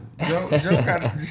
Joe